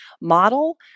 model